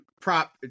Prop